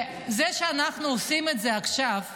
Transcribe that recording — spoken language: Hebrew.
זה שאנחנו עושים את זה עכשיו,